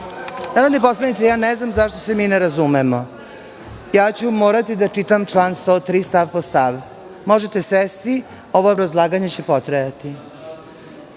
Narodni poslaniče, ne znam zašto se mi ne razumemo. Moraću da čitam član 103. stav po stav. Možete sesti. Ovo obrazlaganje će potrajati. Član